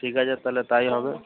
ঠিক আছে তাহলে তাই হবে